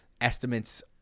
estimates